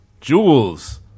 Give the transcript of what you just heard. Jules